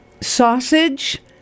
sausage